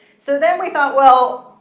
so then we thought, well,